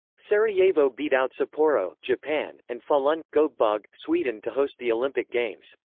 sarajevo beat out sapporo, japan and falun goteborg, sweden to host the olympic games.